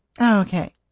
Okay